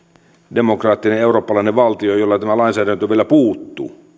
demokraattinen eurooppalainen valtio jolta tämä lainsäädäntö vielä puuttuu